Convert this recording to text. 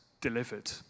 delivered